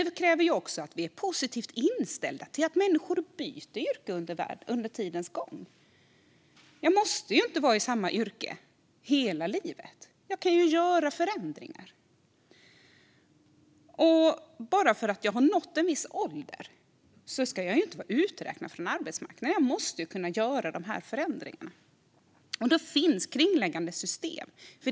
Det krävs också att vi är positivt inställda till att människor byter yrke under livet. Man måste inte vara i samma yrke hela livet. Man kan göra förändringar. Bara för att man har nått en viss ålder ska man inte heller vara uträknad från arbetsmarknaden. Man måste kunna göra de här förändringarna. Det finns kringliggande system för det.